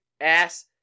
ass